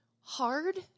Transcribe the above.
hard